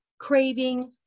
craving